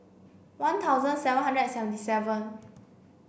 one thousand seven hundred and seventy seven